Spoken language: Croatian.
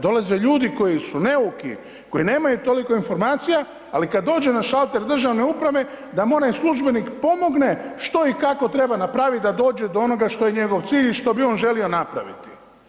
Dolaze ljudi koji su neuki koji nemaju toliko informacija, ali kad dođe na šalter državne uprave da mu onaj službenik pomogne što i kako treba napraviti da dođe do onoga što je njegov cilj i što bi on želio napraviti.